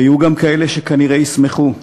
ויהיו גם כאלה שכנראה ישמחו,